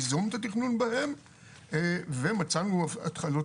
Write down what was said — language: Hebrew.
צריך ליזום את התכנון בהן ומצאנו התחלות